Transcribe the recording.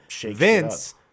Vince